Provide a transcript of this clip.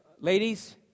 ladies